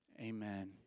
Amen